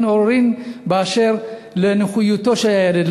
אין עוררין באשר לנוחיותו של הילד,